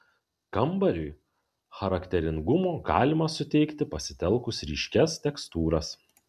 kambariui charakteringumo galima suteikti pasitelkus ryškias tekstūras